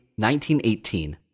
1918